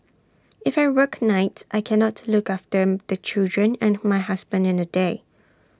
if I work nights I cannot look after them the children and my husband in the day